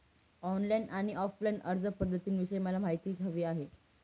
online आणि offline अर्जपध्दतींविषयी मला माहिती हवी आहे